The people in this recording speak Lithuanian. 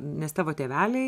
nes tavo tėveliai